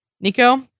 Nico